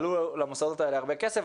עלו למוסדות הרבה כסף.